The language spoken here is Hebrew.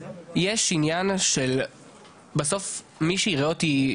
יש עניין של בסוף מי שייראה אותי,